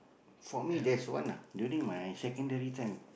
for me there's one ah during my secondary time